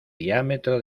diámetro